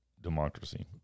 democracy